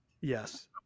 Yes